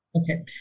Okay